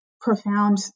profound